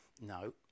No